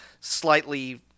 slightly